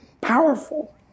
powerful